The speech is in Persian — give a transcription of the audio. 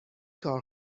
کار